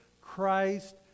christ